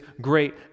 great